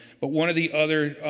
but one of the other